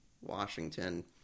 Washington